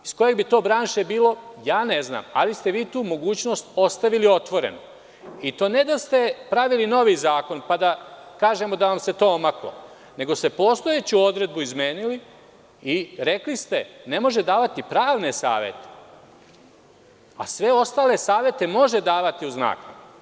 Iz koje bi to branše bilo, ja to ne znam, ali ste vi tu mogućnost ostavili otvorenu i to ne samo da ste pravili novi zakon pa da kažemo da vam se to omaklo, nego ste postojeću odredbu izmenili i rekli ste – ne može davati pravne savete, a sve ostale savete može davati uz naknadu.